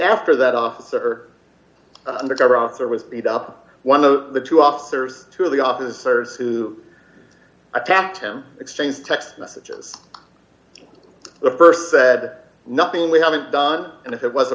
after that officer undercover officer was beat up one of the two officers two of the officers who attacked him exchanged text messages the st said nothing we haven't done and if it was a